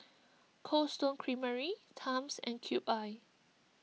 Cold Stone Creamery Times and Cube I